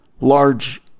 large